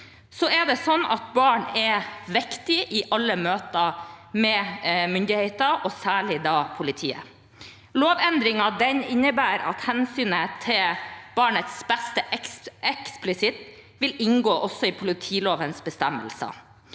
politiets særlov. Barn er viktige i alle møter med myndighetene, og særlig da med politiet. Lovendringen innebærer at hensynet til barnets beste eksplisitt vil inngå i politilovens bestemmelser.